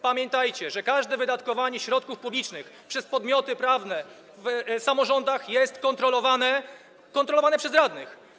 Pamiętajcie, że każde wydatkowanie środków publicznych przez podmioty prawne w samorządach jest kontrolowane - kontrolowane przez radnych.